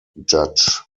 judge